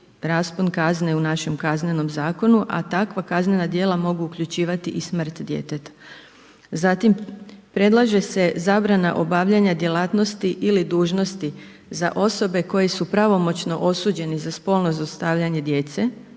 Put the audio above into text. raspon kazne u našem KZ-u, a takva kaznena djela mogu uključivati i smrt djeteta. Zatim predlaže se zabrana obavljanja djelatnosti ili dužnosti za osobe koje su pravomoćno osuđene za spolno zlostavljanje djece,